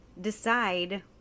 decide